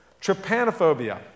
trypanophobia